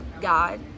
God